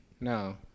No